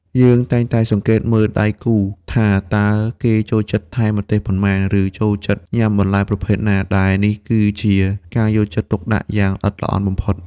យើងតែងតែសង្កេតមើលដៃគូថាតើគេចូលចិត្តថែមម្ទេសប៉ុន្មាន ឬចូលចិត្តញ៉ាំបន្លែប្រភេទណា ដែលនេះគឺជាការយកចិត្តទុកដាក់យ៉ាងល្អិតល្អន់បំផុត។